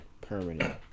Permanent